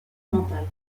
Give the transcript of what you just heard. mentale